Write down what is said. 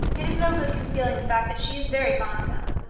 it is no good concealing the fact that she is very fond of him.